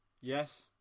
yes